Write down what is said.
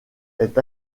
est